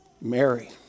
Mary